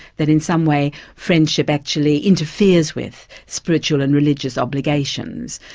that in some way friendship actually interferes with spiritual and religious obligations.